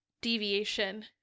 deviation